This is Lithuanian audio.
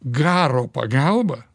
garo pagalba